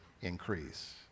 increase